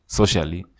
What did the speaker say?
socially